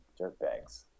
dirtbags